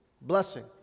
blessing